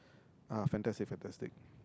ah fantastic fantastic